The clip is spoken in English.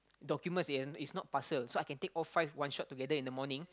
documents they aer is not parcel so I can take all five one shot together in the morning